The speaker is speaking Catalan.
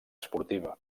esportiva